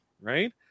right